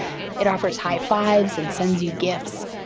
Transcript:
it offers high fives and sends you gifs.